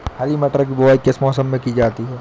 हरी मटर की बुवाई किस मौसम में की जाती है?